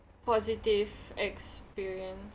positive experience